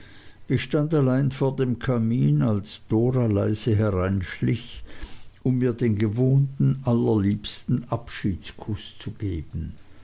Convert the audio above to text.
ich stand allein vor dem kamin als dora leise hereinschlich um mir den gewohnten allerliebsten abschiedskuß zu geben